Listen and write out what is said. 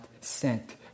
sent